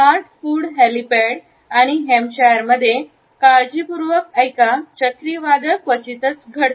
heart food हेलिपॅड आणि हॅम्पशायरमध्ये काळजीपूर्वक ऐका चक्रीवादळ क्वचितच घडते